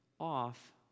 off